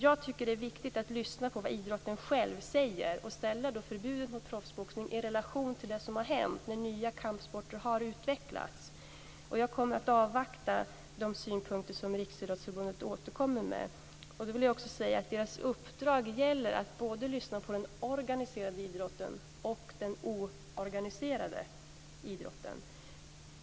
Jag tycker att det är viktigt att lyssna på vad idrotten själv säger och ställa förbudet mot proffsboxning i relation till det som har hänt när nya kampsporter har utvecklats, och jag kommer att avvakta de synpunkter som Riksidrottsförbundet återkommer med. Jag vill också säga att deras uppdrag gäller att lyssna på både den organiserade idrotten och den oorganiserade idrotten.